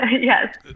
Yes